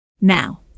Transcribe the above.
Now